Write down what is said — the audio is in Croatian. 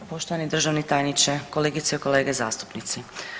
Poštovani državni tajniče, kolegice i kolege zastupnici.